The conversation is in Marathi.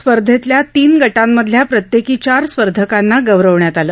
स्पर्धेतल्या तीन गटांमधल्या प्रत्येकी चार स्पर्धकांना गौरवण्यात आलं